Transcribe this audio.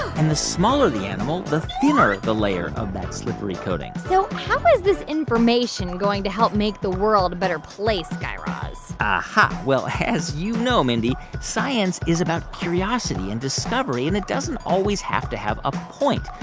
and the smaller the animal, the thinner the layer of that slippery coating so how is this information going to help make the world a better place, guy raz? aha. well, as you know, mindy, science is about curiosity and discovery. and it doesn't always have to have a point.